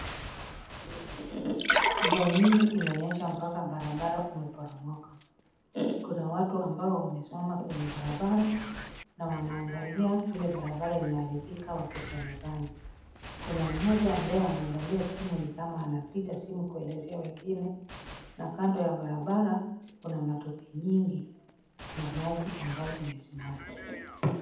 Mvua nyingi imenyesha mpaka barabara imeporomoka. Kuna watu ambao wamesimama kwenye barabara na wanaangalia vile barabara imeharibika wakisemezana. Kuna mmoja ambaye anaangalia simu ni kama anapiga simu kuelezea wengine na kando ya barabara kuna matope nyingi na maji ambayo imesimama.